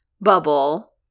bubble